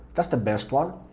that's the best one.